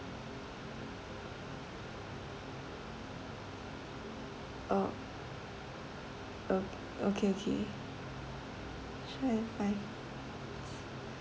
oh okay okay okay sure fine